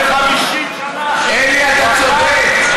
של 50 שנה, אלי, אתה צודק.